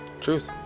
Truth